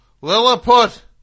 Lilliput